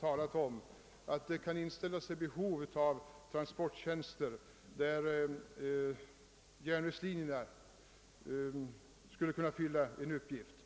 talat om dessa — på att det kan inställa sig behov av nya transporttjänster, där järnvägslinjerna skulle kunna fylla en uppgift.